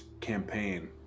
campaign